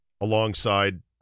alongside